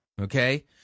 okay